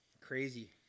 Crazy